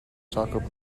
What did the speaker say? soccer